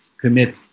commit